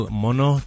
mono